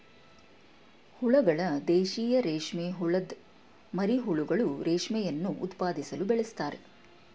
ಹುಳಗಳು ದೇಶೀಯ ರೇಷ್ಮೆಹುಳದ್ ಮರಿಹುಳುಗಳು ರೇಷ್ಮೆಯನ್ನು ಉತ್ಪಾದಿಸಲು ಬೆಳೆಸ್ತಾರೆ